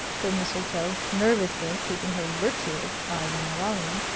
said mistletoe, nervously, keeping her virtuous eyes on the volume.